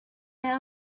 hour